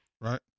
right